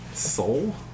Soul